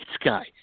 sky